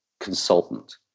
consultant